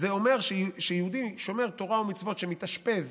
זה אומר שיהודי שומר תורה ומצוות שמתאשפז